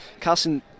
Carson